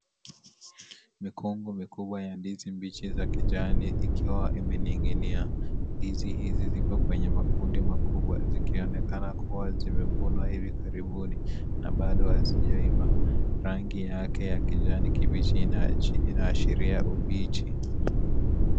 Mikongo mikubwa ya ndizi kubwa ya ndizi mbichi za kijani ikiwa inaninginia , ndizi hizi ziko kwenye makundi makubwa zikionekana kuwa zimevunwa hivi karibuni na bado hazijaiva. Rangi yake ya kijani kibichi inashiria ubichi.